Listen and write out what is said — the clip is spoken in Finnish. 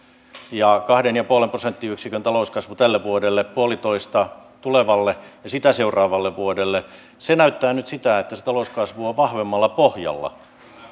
ja kahden pilkku viiden prosenttiyksikön talouskasvu tälle vuodelle puolitoista prosenttia tulevalle ja sitä seuraavalle vuodelle se näyttää nyt sitä että talouskasvu on vahvemmalla pohjalla